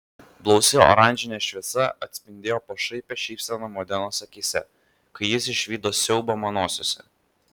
blausi oranžinė šviesa atspindėjo pašaipią šypseną modenos akyse kai jis išvydo siaubą manosiose